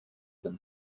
than